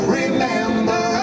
remember